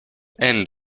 end